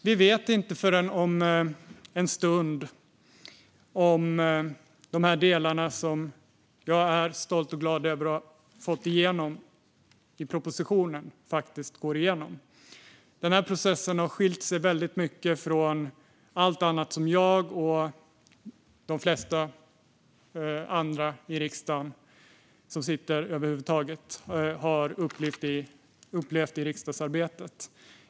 Vi vet inte förrän om en stund om de här delarna som jag är stolt och glad över att ha fått igenom i propositionen faktiskt går igenom. Den här processen har skilt sig väldigt mycket från allt annat som jag och de flesta andra som sitter i riksdagen över huvud taget har upplevt i riksdagsarbetet.